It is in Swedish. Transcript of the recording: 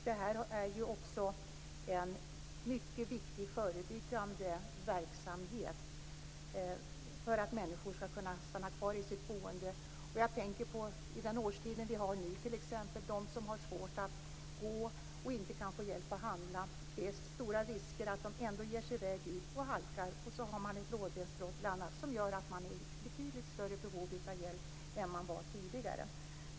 Det är också en mycket viktig förebyggande verksamhet för att människor skall kunna bo kvar i sitt boende. Under den årstid vi har nu t.ex. är det stora risker att de som har svårt att gå och inte kan få hjälp att handla ändå ger sig ut, och så halkar de och har ett lårbensbrott eller liknande som gör att de är i mycket större behov av hjälp än de var tidigare.